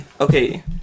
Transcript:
okay